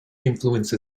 influence